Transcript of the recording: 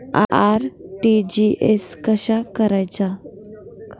RTGS कसा करायचा?